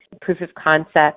proof-of-concept